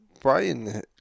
Brian